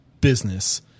business